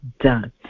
done